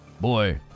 Boy